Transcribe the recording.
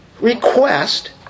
request